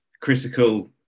critical